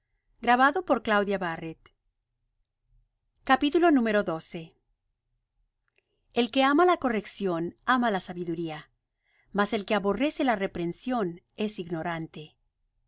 el impío y el pecador el que ama la corrección ama la sabiduría mas el que aborrece la reprensión es ignorante